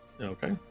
Okay